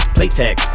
Playtex